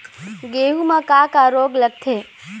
गेहूं म का का रोग लगथे?